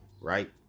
right